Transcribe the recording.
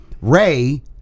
Ray